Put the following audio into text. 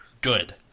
Good